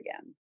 again